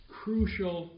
crucial